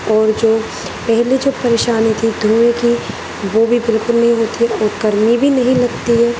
اور جو پہلے جو پریشانی تھی دھویں کی وہ بھی بالکل نہیں ہوتی ہے اور گرمی بھی نہیں لگتی ہے